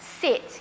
sit